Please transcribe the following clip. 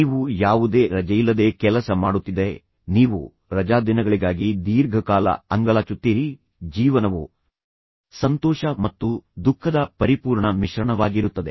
ನೀವು ಯಾವುದೇ ರಜೆಯಿಲ್ಲದೆ ಕೆಲಸ ಮಾಡುತ್ತಿದ್ದರೆ ನೀವು ರಜಾದಿನಗಳಿಗಾಗಿ ದೀರ್ಘಕಾಲ ಅಂಗಲಾಚುತ್ತೀರಿ ಜೀವನವು ಸಂತೋಷ ಮತ್ತು ದುಃಖದ ಪರಿಪೂರ್ಣ ಮಿಶ್ರಣವಾಗಿರುತ್ತದೆ